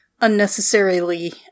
unnecessarily